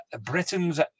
Britain's